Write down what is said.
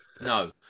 No